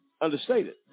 understated